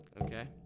okay